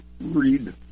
read